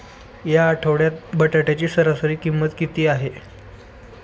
या आठवड्यात बटाट्याची सरासरी किंमत किती आहे?